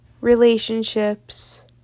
relationships